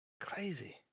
crazy